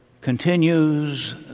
continues